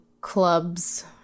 clubs